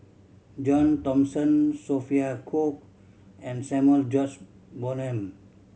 John Thomson Sophia Cooke and Samuel George Bonham